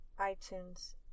iTunes